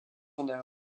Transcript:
d’herbes